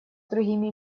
другими